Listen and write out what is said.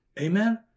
Amen